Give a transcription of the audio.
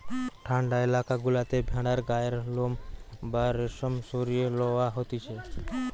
ঠান্ডা এলাকা গুলাতে ভেড়ার গায়ের লোম বা রেশম সরিয়ে লওয়া হতিছে